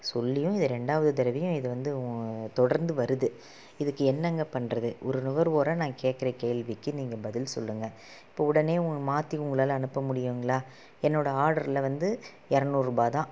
சொல்லியும் இது இரண்டாவது தடவையாக இது வந்து தொடர்ந்து வருது இதுக்கு என்னங்க பண்ணுறது ஒரு நுகர்வோராக நான் கேட்குற கேள்விக்கு நீங்கள் பதில் சொல்லுங்க இப்போ உடனே மாற்றி உங்களால் அனுப்ப முடியுங்களா என்னோடய ஆர்ட்ரில் வந்து இரநூறுபா தான்